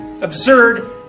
absurd